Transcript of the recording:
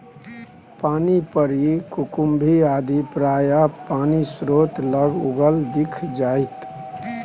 पानिपरी कुकुम्भी आदि प्रायः पानिस्रोत लग उगल दिख जाएत